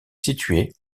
situé